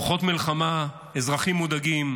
רוחות מלחמה, אזרחים מודאגים,